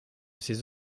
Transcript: ses